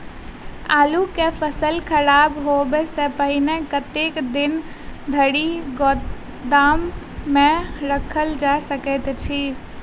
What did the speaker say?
आलु केँ फसल खराब होब सऽ पहिने कतेक दिन धरि गोदाम मे राखल जा सकैत अछि?